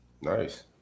Nice